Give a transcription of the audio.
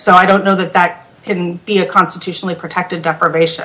so i don't know that that can be a constitutionally protected operation